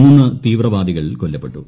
മൂന്ന് തീവ്രവാദികൾ കൊല്ലപ്പെട്ടു